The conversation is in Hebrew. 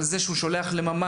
אבל בזה שהוא שולח לממ"ד,